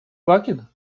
квакин